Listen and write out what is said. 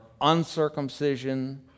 uncircumcision